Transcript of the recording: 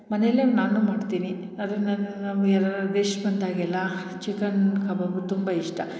ಮನೆಯಲ್ಲೆ ನಾನು ಮಾಡ್ತೀನಿ ಅದನ್ನೂ ನಾವು ಬೇಸ್ಕೊಂಡಾಗೆಲ್ಲ ಚಿಕನ್ ಕಬಾಬು ತುಂಬ ಇಷ್ಟ